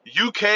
UK